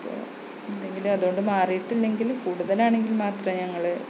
അപ്പോള് എന്തെങ്കിലും അതുകൊണ്ട് മാറിയിട്ടില്ലെങ്കില് കൂടുതലാണെങ്കില് മാത്രമേ ഞങ്ങള്